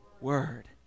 word